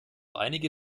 einige